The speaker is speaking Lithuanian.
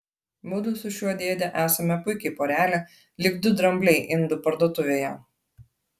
mudu su šiuo dėde esame puiki porelė lyg du drambliai indų parduotuvėje